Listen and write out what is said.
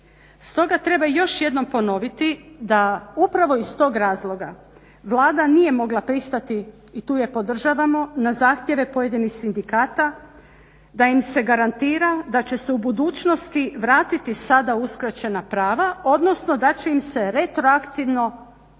stoga treba još jednom ponoviti da upravo iz tog razloga Vlada nije mogla pristati i tu je podržavamo na zahtjeve pojedinih sindikata da im se garantira da će se u budućnosti vratiti sada uskraćena prava odnosno da će im se retroaktivno ta